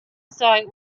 site